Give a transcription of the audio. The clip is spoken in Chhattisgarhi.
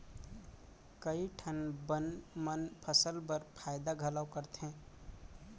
कई ठन बन मन फसल बर फायदा घलौ करथे